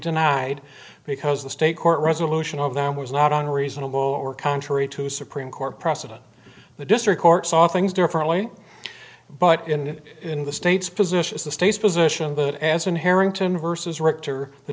denied because the state court resolution of them was not on reasonable or contrary to supreme court precedent the district court saw things differently but in it in the state's position is the state's position that as an harrington versus richter the